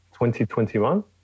2021